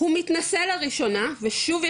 הוא מתנסה לראשונה ושוב,